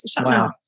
Wow